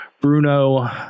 Bruno